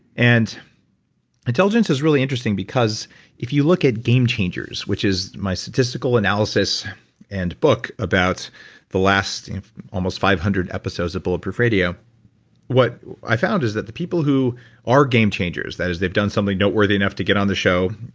and intelligence is really interesting because if you look at game changers, which is my statistical analysis and book about the last almost five hundred episodes of bulletproof radio what i found was that the people who are game changers, that is they've done something noteworthy enough to get on the show,